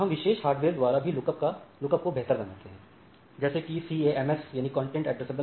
आजकल हम विशेष हार्डवेयर द्वारा भी लुकअप को बेहतर बनाते हैं जैसे कि CAMS